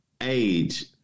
Age